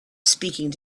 speaking